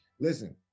Listen